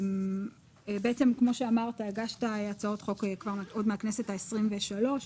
כמו שאמרת, הגשת הצעות חוק עוד מהכנסת ה-23.